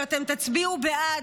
כשאתם תצביעו בעד,